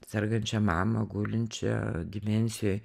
sergančią mamą gulinčią dimensijoj